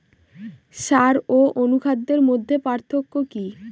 সার ও অনুখাদ্যের মধ্যে পার্থক্য কি?